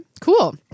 Cool